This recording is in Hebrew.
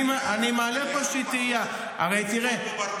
אני מעלה פה איזושהי תהייה --- אתה חייב לצפות פחות בברדוגו.